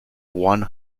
one